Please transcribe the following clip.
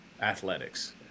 athletics